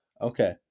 Okay